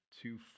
two